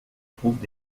trouvent